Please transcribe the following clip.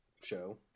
show